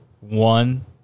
one